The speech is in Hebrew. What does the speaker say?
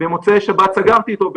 בגבע הכרמל שבמוצאי שבת סגרתי אותו.